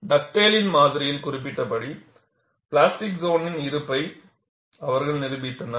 டக்டேலின் மாதிரியில் குறிப்பிடப்பட்டபடி பிளாஸ்டிக் சோனின் இருப்பை அவர்கள் நிரூபித்தனர்